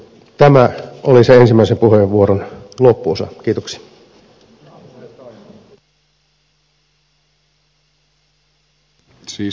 tämä oli se ensimmäisen puheenvuoron loppuosa